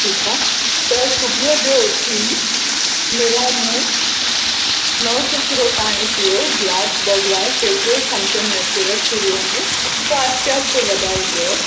ठीकु आहे त सुबुह जो उथी नेराने नहंसूसुरो पाणी पीओ गिलास ॿ गिलास जेतिरो समुझ में अचेव शुरूअ में पोइ आहिस्ते आहिस्ते वधाइजो